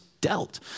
dealt